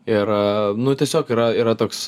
ir nu tiesiog yra yra toks